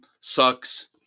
sucks